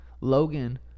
Logan